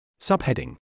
Subheading